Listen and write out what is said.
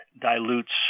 dilutes